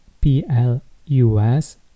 P-L-U-S